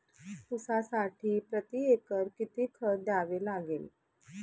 ऊसासाठी प्रतिएकर किती खत द्यावे लागेल?